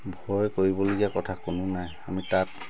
ভয় কৰিবলগীয়া কথা কোনো নাই আমি তাত